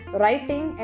writing